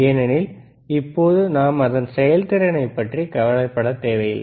ஏனெனில் இப்பொழுது நாம் அதன் செயல்திறனைப் பற்றி கவலைப்படத் தேவையில்லை